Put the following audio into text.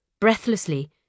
Breathlessly